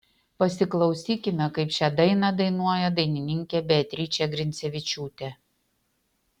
pasiklausykime kaip šią dainą dainuoja dainininkė beatričė grincevičiūtė